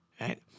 right